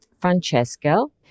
Francesco